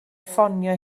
ffonio